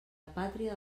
pàtria